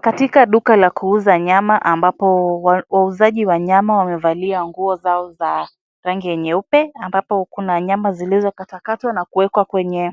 Katika duka la kuuza nyama, ambapo wauzaji wa nyama wamevalia nguo zao za rangi ya nyeupe , ambapo kuna nyama zilizokata katwa na kuwekwa kwenye